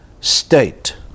state